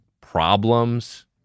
Problems